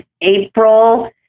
April